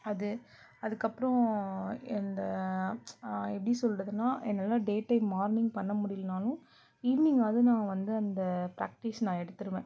அது அதுக்கப்புறோம் இந்த எப்படி சொல்கிறதுன்னா என்னால் டே டைம் மார்னிங் பண்ண முடியலனாலும் ஈவினிங்காது நான் வந்து அந்த பிராக்டிஸ் நான் எடுத்துடுவேன்